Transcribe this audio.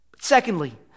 Secondly